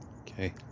Okay